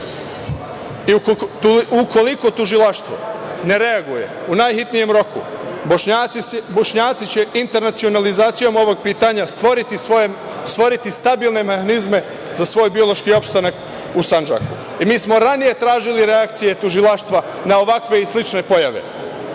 Ukoliko tužilaštvo ne reaguje u najhitnijem roku, Bošnjaci će internacionalizacijom ovog pitanja stvoriti stabilne mehanizme za svoj biološki opstanak u Sandžaku.E, mi smo ranije tražili reakcije tužilaštva na ovakve i slične pojave